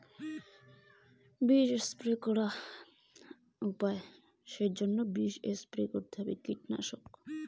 গাঁদা ফুলের উপরে পোকার উপদ্রব আটকেবার জইন্যে কি ব্যবস্থা নেওয়া উচিৎ?